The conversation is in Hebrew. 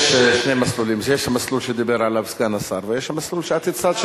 יש שני מסלולים: יש המסלול שדיבר עליו סגן השר ויש המסלול שאת הצעת,